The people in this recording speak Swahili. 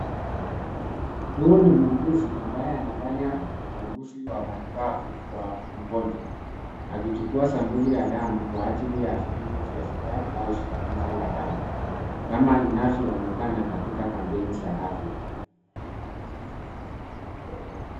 Huu ni muuguzi ambaye anafanya ubaguzi wa matibabu kwa mgonjwa, akichukua sampuli ya damu kwa ajili ya vipimo vya sukari au shinikizo la damu, kama inavyoonekana katika kampeni za afya.